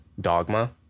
dogma